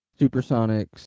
Supersonics